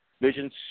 vision